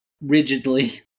rigidly